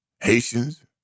Haitians